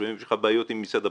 אם יש לך בעיות עם משרד המשפטים,